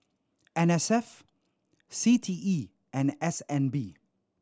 N S F C T E and S N B